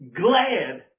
glad